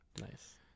Nice